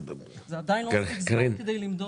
זה עדיין לא מספיק כדי למדוד.